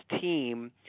team